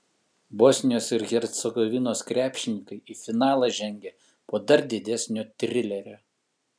bosnijos ir hercegovinos krepšininkai į finalą žengė po dar didesnio trilerio